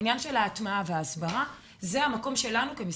העניין של ההטמעה וההסברה זה המקום שלנו כמשרד,